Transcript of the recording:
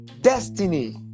destiny